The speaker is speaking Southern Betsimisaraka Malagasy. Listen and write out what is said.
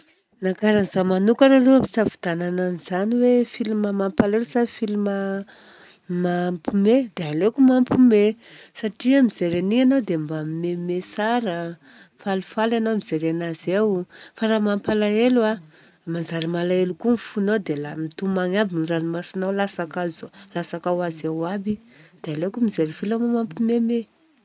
Na kara an'izaho manokana aloha ampisafidianina an'izany hoe film mampalahelo sa mampihomehy dia aleoko mampihomehy satria mijery an'igny anao dia mba mihomehimehy tsara a. Falifaly anao mijery anazy eo. Fa raha mampalahelo a, manjary malahelo koa ny fonao dia la mitomagny aby, ny ranomasonao latsaka ho azy eo aby dia aleoko mijery film mampihomehimehy.